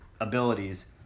abilities